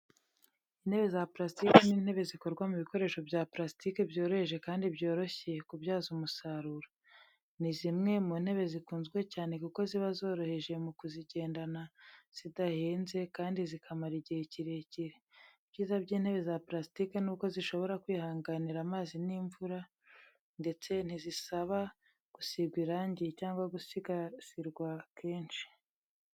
Intebe za purasitike ni intebe zikorwa mu bikoresho bya purasitike byoroheje kandi byoroshye kubyaza umusaruro. Ni zimwe mu ntebe zikunzwe cyane kuko ziba zoroheje mu kuzigendana, zidahenze, kandi zikamara igihe kirekire. Ibyiza by’intebe za purasitike ni uko zishobora kwihanganira amazi n’imvura, ndetse ntizisaba gusigwa irangi cyangwa gusigasirwa kenshi.